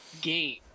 game